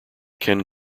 ken